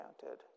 counted